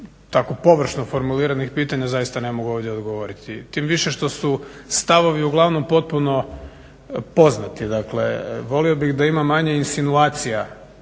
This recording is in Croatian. tako površno formuliranih pitanja zaista ne mogu ovdje odgovoriti. Tim više što su stavovi uglavnom potpuno poznati. Dakle, volio bih da ima manje insinuacija,